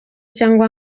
cyangwa